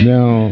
Now